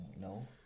no